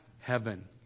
heaven